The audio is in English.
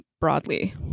broadly